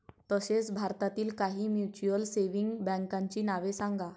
तसेच भारतातील काही म्युच्युअल सेव्हिंग बँकांची नावे सांगा